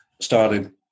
started